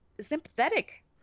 sympathetic